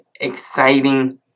exciting